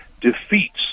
defeats